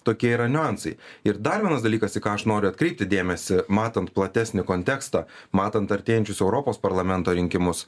tokie yra niuansai ir dar vienas dalykasį ką aš noriu atkreipti dėmesį matant platesnį kontekstą matant artėjančius europos parlamento rinkimus